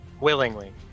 Willingly